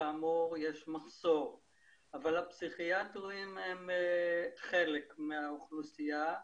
אבל הפסיכיאטרים הם חלק מהאוכלוסייה.